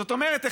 זאת אומרת,